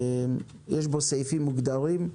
יש בו סעיפים מוגדרים.